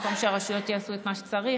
במקום שהרשויות יעשו את מה שצריך,